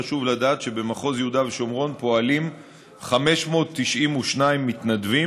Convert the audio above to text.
חשוב לדעת שבמחוז יהודה ושומרון פועלים 592 מתנדבים,